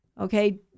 Okay